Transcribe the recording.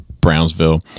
Brownsville